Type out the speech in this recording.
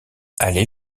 aller